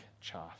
chaff